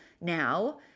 now